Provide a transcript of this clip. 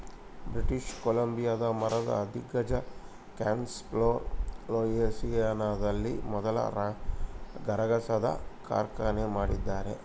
British ಕೊಲಂಬಿಯಾದ ಮರದ ದಿಗ್ಗಜ ಕ್ಯಾನ್ಫೋರ್ ಲೂಯಿಸಿಯಾನದಲ್ಲಿ ಮೊದಲ ಗರಗಸದ ಕಾರ್ಖಾನೆ ಮಾಡಿದ್ದಾರೆ